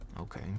okay